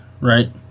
right